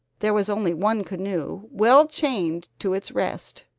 there was only one canoe, well-chained to its rest.